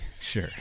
Sure